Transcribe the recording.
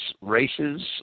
races